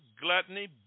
gluttony